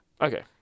Okay